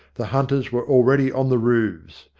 the hunters were already on the roofs.